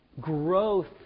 growth